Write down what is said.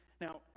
Now